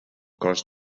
cos